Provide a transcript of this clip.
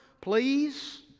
Please